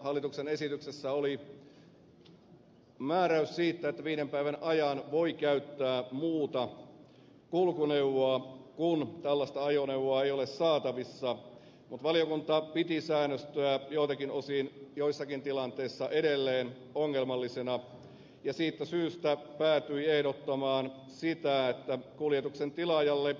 hallituksen esityksessä oli määräys siitä että viiden päivän ajan voi käyttää muuta kulkuneuvoa kun tällaista ajoneuvoa ei ole saatavissa mutta valiokunta piti säännöstöä joiltakin osin joissakin tilanteissa edelleen ongelmallisena ja siitä syystä päätyi ehdottamaan sitä että kuljetuksen tilaajalle